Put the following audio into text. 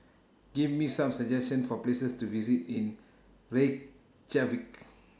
Give Me Some suggestions For Places to visit in Reykjavik